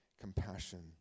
compassion